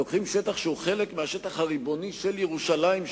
לוקחים שטח שהוא חלק מהשטח הריבוני של ירושלים,